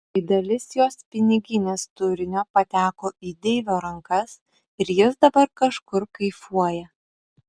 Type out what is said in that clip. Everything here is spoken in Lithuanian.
tai dalis jos piniginės turinio pateko į deivio rankas ir jis dabar kažkur kaifuoja